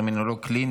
חרבות ברזל) (מצב חירום כליאתי)